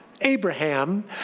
Abraham